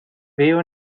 veo